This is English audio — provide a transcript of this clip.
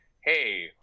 hey